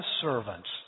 servants